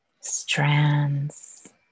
strands